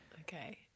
Okay